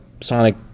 Sonic